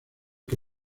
que